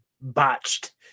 botched